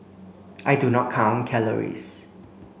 I do not count calories